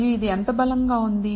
మరియు ఇది ఎంత బలంగా ఉంది